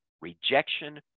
rejection